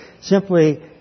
simply